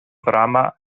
ddrama